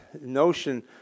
notion